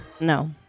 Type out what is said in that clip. No